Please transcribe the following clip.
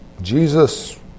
Jesus